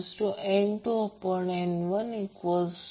म्हणून जर एक अट Z R jR घेतली तर याचा अर्थ याला आपण √ 2 R कोन 45 ° म्हणतो